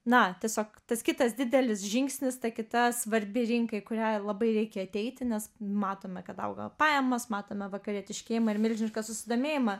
na tiesiog tas kitas didelis žingsnis ta kita svarbi rinka į kurią labai reikia ateiti nes matome kad auga pajamos matome vakarietiškėjimą ir milžinišką susidomėjimą